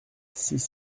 six